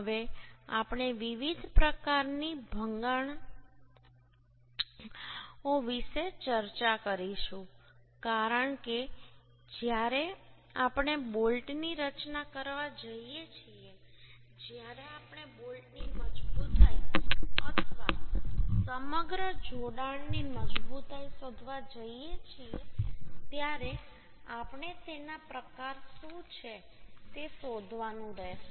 હવે આપણે વિવિધ પ્રકારની ભંગાણ ઓ વિશે ચર્ચા કરીશું કારણ કે જ્યારે આપણે બોલ્ટની રચના કરવા જઈએ છીએ જ્યારે આપણે બોલ્ટની મજબૂતાઈ અથવા સમગ્ર જોડાણની મજબૂતાઈ શોધવા જઈએ છીએ ત્યારે આપણે તેના પ્રકાર શું છે તે શોધવાનું રહેશે